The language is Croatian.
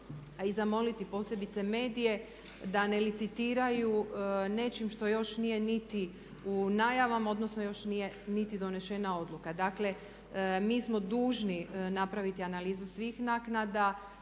i zamoliti posebice medije da ne licitiraju nečim što još nije niti u najavama odnosno još nije niti donesena odluka. Dakle, mi smo dužni napraviti analizu svih naknada